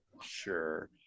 sure